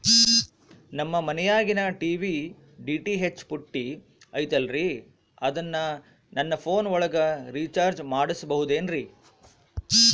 ನಮ್ಮ ಮನಿಯಾಗಿನ TV DTH ಪುಟ್ಟಿ ಐತಲ್ರೇ ಅದನ್ನ ನನ್ನ ಪೋನ್ ಒಳಗ ರೇಚಾರ್ಜ ಮಾಡಸಿಬಹುದೇನ್ರಿ?